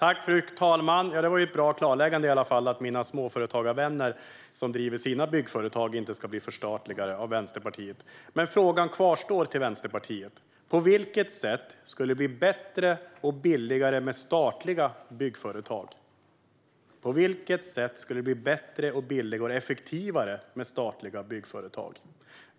Fru talman! Det var ett bra klarläggande, att mina småföretagarvänner som driver sina byggföretag inte ska bli förstatligade av Vänsterpartiet. Men frågan kvarstår: På vilket sätt skulle det bli bättre, billigare och effektivare med statliga byggföretag?